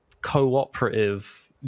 cooperative